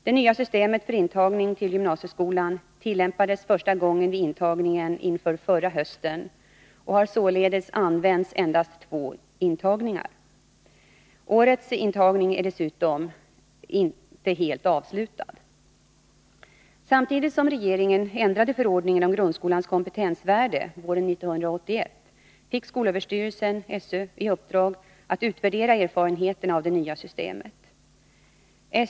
Det nya systemet för intagning till gymnasieskolan tillämpades första gången vid intagningen inför förra hösten och har således använts endast vid två intagningar. Årets intagning är dessutom inte helt avslutad. Samtidigt som regeringen ändrade förordningen om grundskolans kompetensvärde våren 1981 fick skolöverstyrelsen i uppdrag att utvärdera erfarenheterna av det nya systemet.